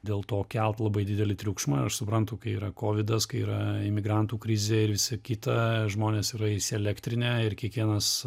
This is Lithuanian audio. dėl to kelt labai didelį triukšmą ir aš suprantu kai yra kovidas kai yra imigrantų krizė ir visą kitą žmonės yra įsielektrinę ir kiekvienas